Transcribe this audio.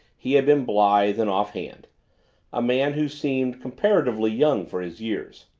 he had been blithe and offhand a man who seemed comparatively young for his years.